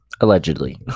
Allegedly